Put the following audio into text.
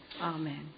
Amen